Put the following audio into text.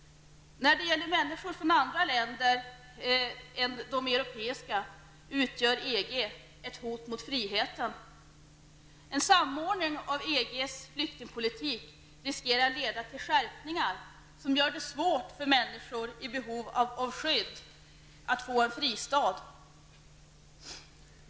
När det gäller människor från andra länder än de europeiska utgör EG ett hot mot friheten. En samordning av EGs flyktingpolitik riskerar leda till skärpningar, som gör det svårt för människor i behov av skydd att få en fristad.